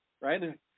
right